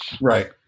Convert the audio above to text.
Right